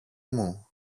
μου